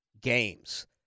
games